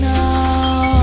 now